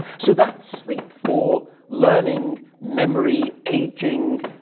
so that's sleep for learning, memory, aging,